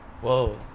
Whoa